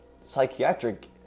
psychiatric